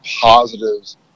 positives